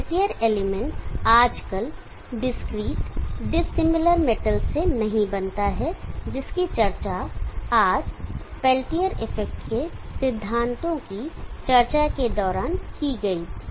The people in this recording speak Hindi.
पेल्टियर एलिमेंट आजकल डिस्क्रीट डिसिमिलर मेटल्स से नहीं बनता है जिसकी चर्चा आज पेल्टियर इफेक्ट के सिद्धांतों की चर्चा के दौरान की गई थी